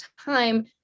time